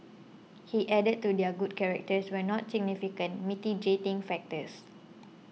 he added that their good characters were not significant mitigating factors